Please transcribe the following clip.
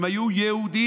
הם היו יהודים.